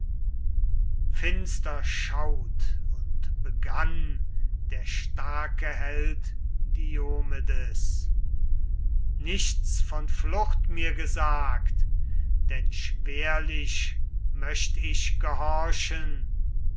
finster schaut und begann der starke held diomedes nichts von flucht mir gesagt denn schwerlich möcht ich gehorchen